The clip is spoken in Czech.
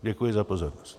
Děkuji za pozornost.